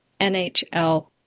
NHL